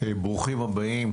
ברוכים הבאים,